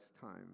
time